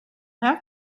have